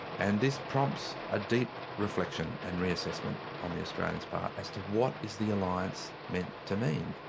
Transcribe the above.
and this prompts a deep reflection and reassessment on the australians' part as to what is the alliance meant to mean?